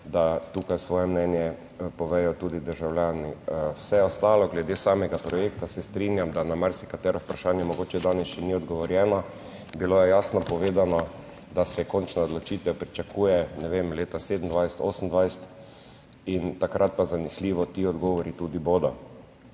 da tukaj svoje mnenje povedo tudi državljani. Vse ostalo glede samega projekta se strinjam, da na marsikatero vprašanje mogoče danes še ni odgovorjeno. Bilo je jasno povedano, da se končna odločitev pričakuje, ne vem, leta 2027, 2028 in takrat pa zanesljivo ti odgovori tudi bodo.